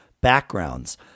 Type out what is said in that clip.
backgrounds